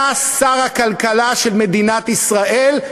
אתה שר הכלכלה של מדינת ישראל,